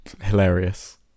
Hilarious